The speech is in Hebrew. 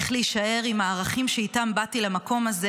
איך להישאר עם הערכים שאיתם באתי למקום הזה,